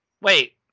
Wait